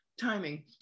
timing